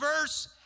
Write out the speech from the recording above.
verse